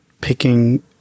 picking